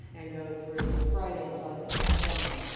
and go through friday until i think about one